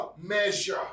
measure